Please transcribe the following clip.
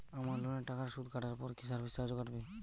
আমার লোনের টাকার সুদ কাটারপর কি সার্ভিস চার্জও কাটবে?